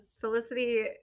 felicity